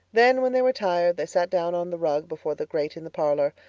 then, when they were tired, they sat down on the rug before the grate in the parlor,